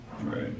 Right